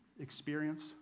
experience